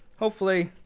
hopefully,